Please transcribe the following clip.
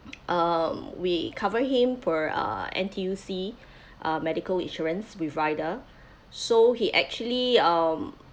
um we cover him for uh N_T_U_C uh medical insurance with rider so he actually um